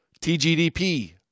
TGDP